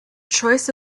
choice